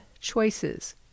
Choices